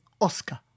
Oscar